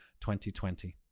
2020